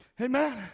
Amen